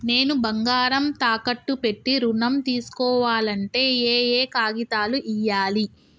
నేను బంగారం తాకట్టు పెట్టి ఋణం తీస్కోవాలంటే ఏయే కాగితాలు ఇయ్యాలి?